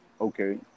okay